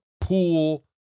pool